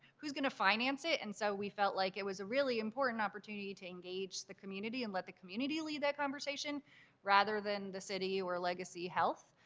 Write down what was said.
who is going to finance it? and so we felt like it was an important opportunity to engage the community and let the community lead that conversation rather than the city or legacy health.